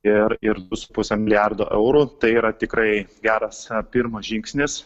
ir ir bus pusė milijardo eurų tai yra tikrai geras pirmas žingsnis